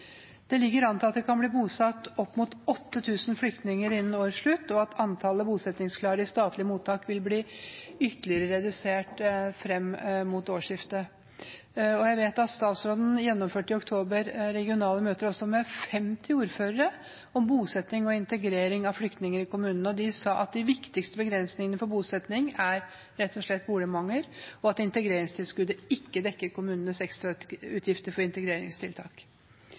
Det ligger an til at det kan bli bosatt opp mot 8 000 flyktninger innen årets slutt, og at antallet bosettingsklare i statlige mottak vil bli ytterligere redusert fram mot årsskiftet. Jeg vet at statsråden gjennomførte regionale møter i oktober, med 50 ordførere, om bosetting og integrering av flyktninger i kommunene. De sa at de viktigste begrensningene på bosetting rett og slett er boligmangel, og at integreringstilskuddet ikke dekker kommunenes ekstrautgifter for integreringstiltak.